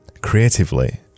Creatively